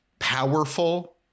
powerful